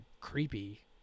creepy